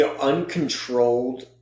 uncontrolled